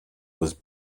was